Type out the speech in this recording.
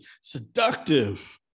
seductive